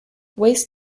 waste